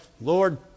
Lord